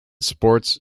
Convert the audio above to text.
sports